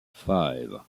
five